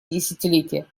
десятилетие